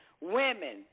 women